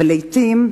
לעתים,